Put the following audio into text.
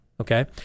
okay